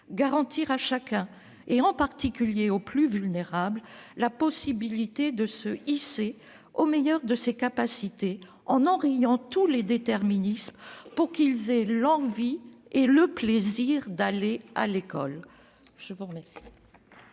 garantir à chacun, et en particulier aux plus vulnérables, la possibilité de se hisser au meilleur de ses capacités, en enrayant tous les déterminismes, pour qu'ils aient l'envie et le plaisir d'aller à l'école.